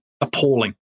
appalling